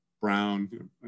Brown